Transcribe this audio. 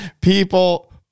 people